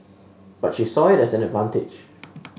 but she saw it as an advantage